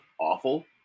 awful